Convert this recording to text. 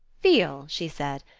feel, she said,